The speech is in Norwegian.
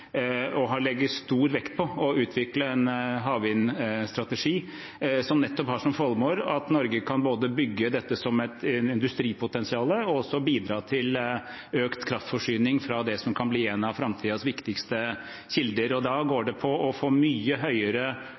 legger stor vekt på å utvikle en havvindstrategi som nettopp har som formål at Norge kan både bygge dette som et industripotensial og også bidra til økt kraftforsyning fra det som kan bli en av framtidens viktigste kilder. Da går det på å få mye høyere